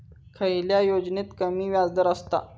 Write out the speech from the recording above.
खयल्या योजनेत कमी व्याजदर असता?